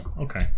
Okay